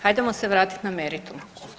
Hajdemo se vratiti na meritum.